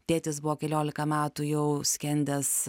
tėtis buvo keliolika metų jau skendęs